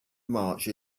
march